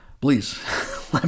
please